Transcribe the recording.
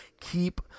keep